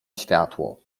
światło